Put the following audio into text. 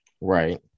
right